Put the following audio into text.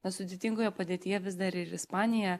na sudėtingoje padėtyje vis dar ir ispanija